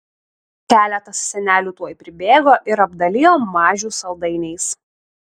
keletas senelių tuoj pribėgo ir apdalijo mažių saldainiais